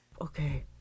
Okay